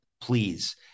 Please